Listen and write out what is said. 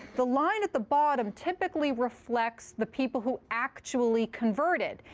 the line at the bottom typically reflects the people who actually converted.